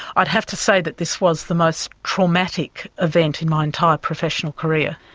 i'd have to say that this was the most traumatic event in my entire professional career.